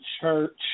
church